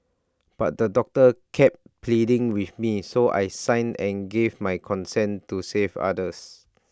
but the doctor kept pleading with me so I signed and gave my consent to save others